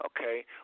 Okay